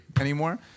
anymore